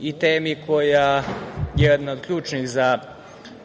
i temi koja je jedna od ključnih za